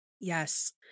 Yes